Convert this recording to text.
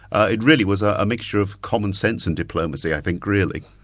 it really was a mixture of commonsense and diplomacy i think really.